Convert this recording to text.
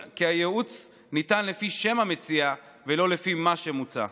שהייעוץ ניתן לפי שם המציע ולא לפי מה שמוצע.